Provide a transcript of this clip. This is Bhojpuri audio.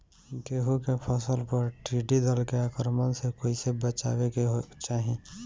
गेहुँ के फसल पर टिड्डी दल के आक्रमण से कईसे बचावे के चाही?